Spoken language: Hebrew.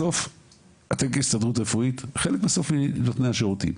אתם ההסתדרות הרפואית חלק מנותני השירותים.